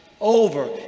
over